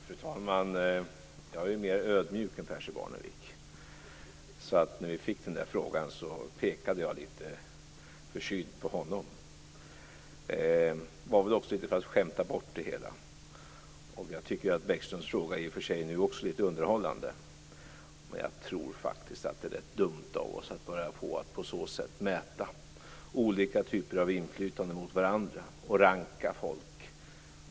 Fru talman! Jag är mer ödmjuk än Percy Barnevik. När vi fick frågan pekade jag litet försynt på honom. Det var väl också för att skämta bort det hela. Jag tycker att Lars Bäckströms fråga nu också i och för sig är litet underhållande. Jag tror att det är dumt av oss att på så sätt mäta olika typer av inflytande och ranka folk.